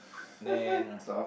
then